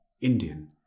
Indian